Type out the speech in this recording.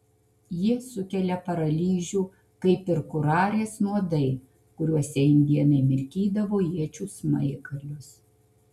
jie sukelia paralyžių kaip ir kurarės nuodai kuriuose indėnai mirkydavo iečių smaigalius